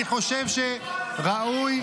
אני חושב שראוי לקבל את ההמלצה הזאת.